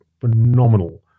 phenomenal